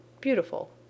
beautiful